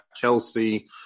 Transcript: Kelsey